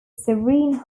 serene